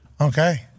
Okay